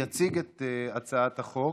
יציג את הצעת החוק,